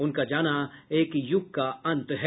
उनका जाना एक युग का अंत है